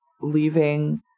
leaving